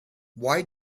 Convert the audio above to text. why